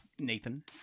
Nathan